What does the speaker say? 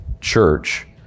Church